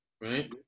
right